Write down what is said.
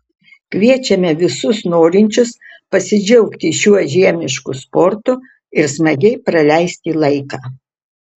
kviečiame visus norinčius pasidžiaugti šiuo žiemišku sportu ir smagiai praleisti laiką